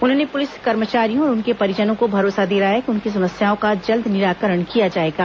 उन्होंने पुलिस कर्मचारियों और उनके परिजनों को भरोसा दिलाया कि उनकी समस्याओं का जल्द निराकरण किया जाएगा